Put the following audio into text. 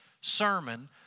sermon